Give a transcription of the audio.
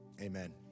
Amen